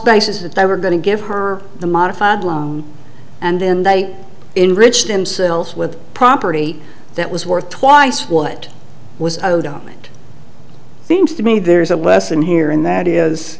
basis that they were going to give her the modified law and then they enrich themselves with a property that was worth twice what it was done it seems to me there's a lesson here and that is